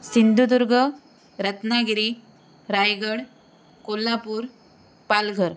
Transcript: Sindhudurg Ratnagiri Raigad Kolhapur Palghar